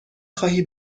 خواهی